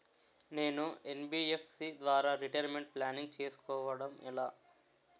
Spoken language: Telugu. నేను యన్.బి.ఎఫ్.సి ద్వారా రిటైర్మెంట్ ప్లానింగ్ చేసుకోవడం ఎలా?